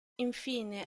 infine